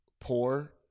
poor